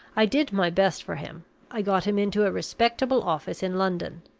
i did my best for him i got him into a respectable office in london.